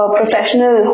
professional